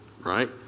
right